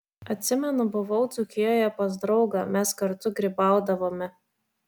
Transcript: atsimenu buvau dzūkijoje pas draugą mes kartu grybaudavome